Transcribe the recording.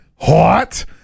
hot